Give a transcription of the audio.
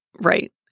Right